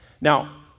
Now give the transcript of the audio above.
Now